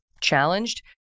challenged